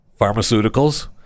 pharmaceuticals